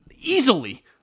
easily